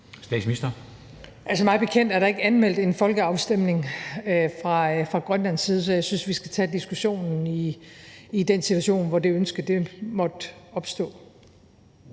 Frederiksen): Altså, mig bekendt er der ikke anmeldt en folkeafstemning fra Grønlands side, så jeg synes, at vi skal tage diskussionen i den situation, hvor det ønske måtte opstå.